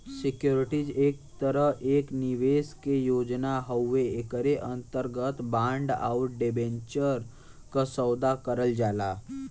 securities एक तरह एक निवेश के योजना हउवे एकरे अंतर्गत बांड आउर डिबेंचर क सौदा करल जाला